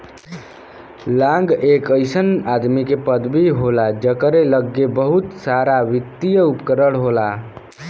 लांग एक अइसन आदमी के पदवी होला जकरे लग्गे बहुते सारावित्तिय उपकरण होला